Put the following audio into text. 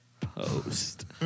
post